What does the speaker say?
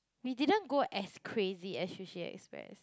we didn't go as crazy as Sushi Express